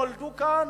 נולדו כאן,